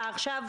ועכשיו,